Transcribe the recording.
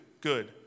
Good